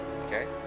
Okay